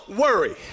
worry